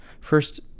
First